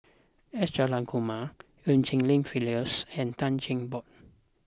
S Jayakumar Eu Cheng Li Phyllis and Tan Cheng Bock